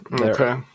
Okay